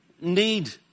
need